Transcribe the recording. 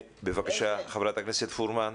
חברת הכנסת פרומן,